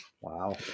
wow